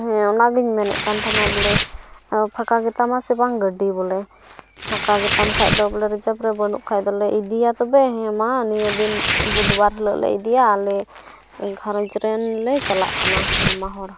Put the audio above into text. ᱦᱮᱸ ᱚᱱᱟᱜᱤᱧ ᱢᱮᱱᱮᱫ ᱠᱟᱱ ᱛᱟᱦᱮᱱᱟ ᱵᱚᱞᱮ ᱯᱷᱟᱸᱠᱟ ᱜᱮᱛᱟᱢᱟ ᱥᱮ ᱵᱟᱝ ᱜᱟᱹᱰᱤ ᱵᱚᱞᱮ ᱯᱷᱟᱸᱠᱟ ᱜᱮᱛᱟᱢ ᱠᱷᱟᱱ ᱫᱚ ᱵᱚᱞᱮ ᱨᱤᱡᱟᱵᱷ ᱨᱮ ᱵᱟᱹᱱᱩᱜ ᱠᱷᱟᱱ ᱫᱚᱞᱮ ᱤᱫᱤᱭᱟ ᱛᱚᱵᱮ ᱦᱮᱸ ᱢᱟ ᱱᱤᱭᱟᱹ ᱫᱤᱱ ᱵᱩᱫᱷ ᱵᱟᱨ ᱦᱤᱞᱳᱜ ᱞᱮ ᱤᱫᱤᱭᱟ ᱟᱞᱮ ᱜᱷᱟᱨᱚᱸᱡᱽ ᱨᱮᱱ ᱞᱮ ᱪᱟᱞᱟᱜ ᱠᱟᱱᱟ ᱟᱭᱢᱟ ᱦᱚᱲ